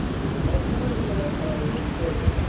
which had not at that time been taken.